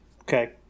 okay